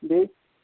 بیٚیہِ